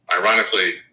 Ironically